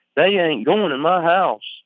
they ain't going in my house.